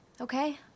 okay